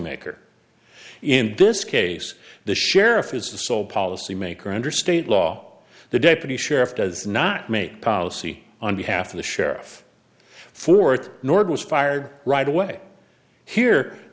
maker in this case the sheriff is the sole policy maker under state law the deputy sheriff does not make policy on behalf of the sheriff fourth nord was fired right away here